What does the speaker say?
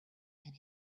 and